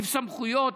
ריב סמכויות,